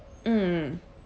mm